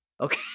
okay